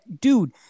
dude